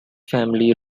family